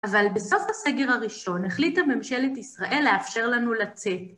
אבל בסוף הסגר הראשון החליטה ממשלת ישראל לאפשר לנו לצאת.